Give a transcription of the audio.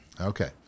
Okay